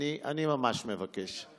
אני ממש מבקש.